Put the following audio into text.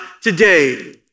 today